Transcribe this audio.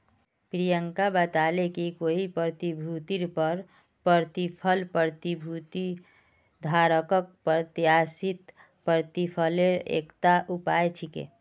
प्रियंका बताले कि कोई प्रतिभूतिर पर प्रतिफल प्रतिभूति धारकक प्रत्याशित प्रतिफलेर एकता उपाय छिके